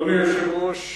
אדוני היושב-ראש,